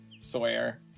Sawyer